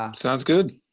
um sounds good.